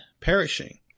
perishing